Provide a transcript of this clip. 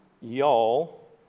y'all